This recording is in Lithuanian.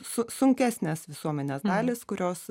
su sunkesnės visuomenės dalys kurios